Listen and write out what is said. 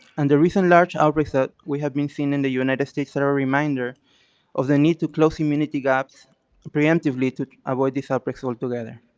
and the reason large outbreaks that we have been seeing in the united states are a reminder of the need to close community gaps preemptively to avoid these outbreaks altogether.